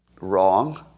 wrong